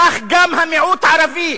כך גם המיעוט הערבי,